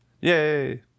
Yay